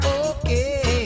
okay